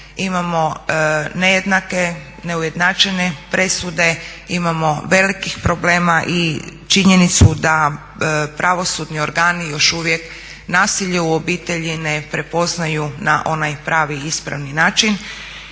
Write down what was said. Imamo nejednake, neujednačene presude, imamo velikih problema i činjenicu da pravosudni organi još uvijek nasilje u obitelji ne prepoznaju na onaj pravi, ispravni način.